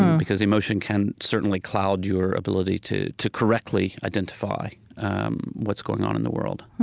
because emotion can certainly cloud your ability to to correctly identify um what's going on in the world